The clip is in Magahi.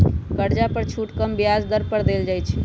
कर्जा पर छुट कम ब्याज दर पर देल जाइ छइ